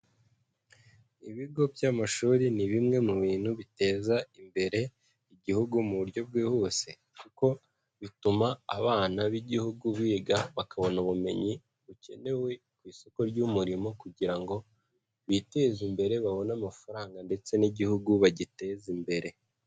Ibigo by'amashuri ni bimwe mu bintu biteza imbere igihugu mu buryo bwihuse kuko bituma abana b'igihugu biga bakabona ubumenyi bukenewe ku isoko ry'umurimo, kugira ngo biteze imbere babone amafaranga ndetse n'igihugu bagiteze imbere.